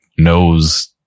Knows